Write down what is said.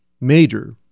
major